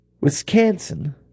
Wisconsin